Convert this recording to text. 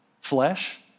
Flesh